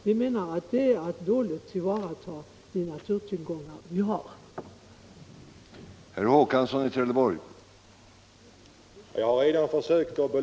Vi menar att det är att illa tillvarata de naturtillgångar som landet har.